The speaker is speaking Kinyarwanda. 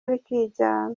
rikijyana